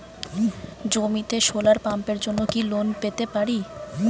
জমিতে সোলার পাম্পের জন্য কি লোন পেতে পারি?